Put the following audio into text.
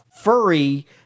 furry